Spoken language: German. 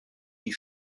die